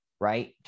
right